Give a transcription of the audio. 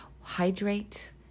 hydrate